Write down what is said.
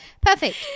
Perfect